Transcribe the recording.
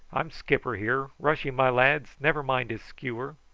i'm skipper here. rush him, my lads never mind his skewer.